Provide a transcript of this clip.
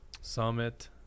Summit